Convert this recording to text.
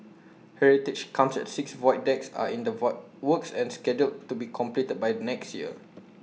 heritage corners at six void decks are in the work works and scheduled to be completed by next year